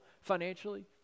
financially